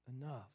enough